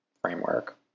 framework